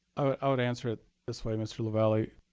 ah i would answer it this way, mr. la valley.